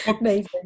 Amazing